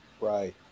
Right